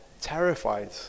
terrified